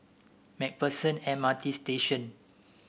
Mac Pherson M R T Station